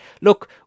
look